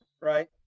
right